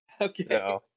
Okay